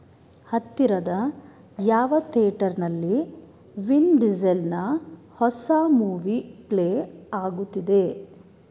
ಹತ್ತಿರದ ಯಾವ ಥೇಟರ್ನಲ್ಲಿ ವಿನ್ ಡಿಸೆಲ್ನ ಹೊಸ ಮೂವಿ ಪ್ಲೇ ಆಗುತ್ತಿದೆ